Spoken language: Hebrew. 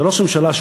שראש הממשלה,